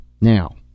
Now